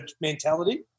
mentality